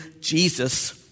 Jesus